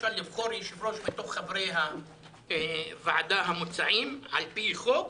אפשר לבחור יושב-ראש מתוך חברי הוועדה המוצעים על פי חוק,